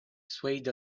swayed